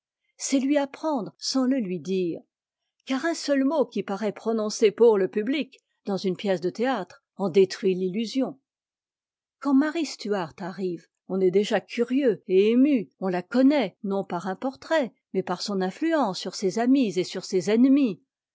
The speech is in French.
c'est le lui apprendre sans le lui dire car un seul mot qui paraît prononcé pour le public dans une pièce de théâtre en détruit t'ittusion quand marie stuart arrive on est déjà curieux et ému on la connaît non par un portrait mais par son influence sur ses amis et sur ses ennemis